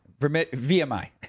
VMI